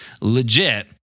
legit